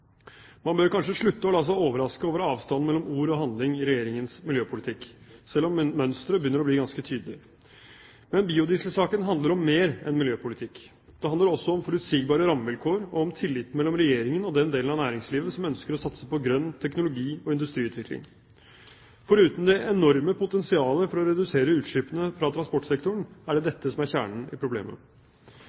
Man bør kanskje slutte å la seg overraske over avstanden mellom ord og handling i Regjeringens miljøpolitikk, selv om mønsteret begynner å bli ganske tydelig. Men biodieselsaken handler om mer enn miljøpolitikk. Det handler også om forutsigbare rammevilkår og om tilliten mellom Regjeringen og den delen av næringslivet som ønsker å satse på grønn teknologi- og industriutvikling. Foruten det enorme potensialet for å redusere utslippene fra transportsektoren er det dette som er kjernen i problemet.